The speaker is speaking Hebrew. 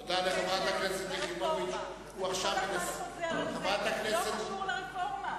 אתה כל הזמן חוזר על זה, אבל זה לא קשור לרפורמה.